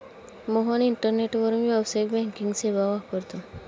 मोहन इंटरनेटवरून व्यावसायिक बँकिंग सेवा वापरतो